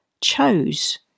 chose